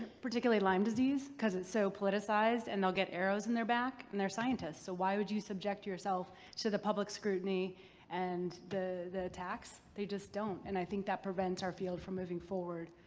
particularly lyme disease, because it's so politicized and they'll get arrows in their back and they're scientists. so why would you subject yourself to the public scrutiny and the the attacks? they just don't, and i think that prevents our field from moving forward.